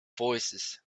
voicesand